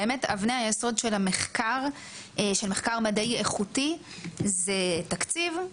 באמת אבני היסוד של מחקר מדעי איכותי זה תקציב,